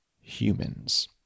humans